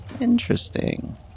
interesting